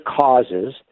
causes